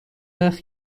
وقت